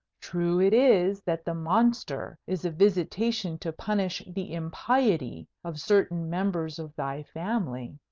true it is that the monster is a visitation to punish the impiety of certain members of thy family.